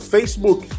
Facebook